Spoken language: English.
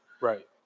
Right